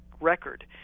record